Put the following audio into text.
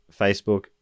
Facebook